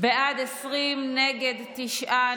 בעד, 20, נגד, תשעה,